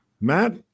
Matt